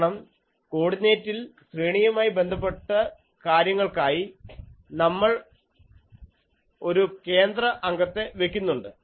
കാരണം കോഡിനേറ്റിൽ ശ്രേണിയുമായി ബന്ധപ്പെട്ട കാര്യങ്ങൾക്കായി നമ്മൾ ഒരു കേന്ദ്ര അംഗത്തെ വയ്ക്കുന്നുണ്ട്